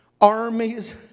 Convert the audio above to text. Armies